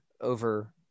over